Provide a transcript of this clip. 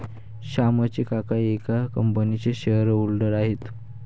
श्यामचे काका एका कंपनीचे शेअर होल्डर आहेत